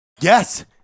yes